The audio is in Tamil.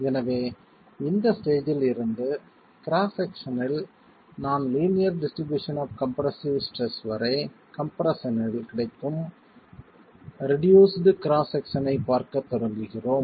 எனவே இந்த ஸ்டேஜ்ஜில் இருந்து கிராஸ் செக்சன்னில் non linear distribution of compressive stress வரை கம்ப்ரெஸ்ஸன்னில் கிடைக்கும் ரிடியூஸ்ட் கிராஸ் செக்சன் ஐப் பார்க்கத் தொடங்குகிறோம்